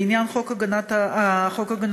בעניין חוק הגנת הפרטיות,